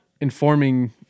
informing